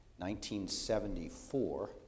1974